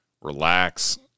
relax